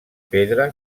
pedra